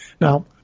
Now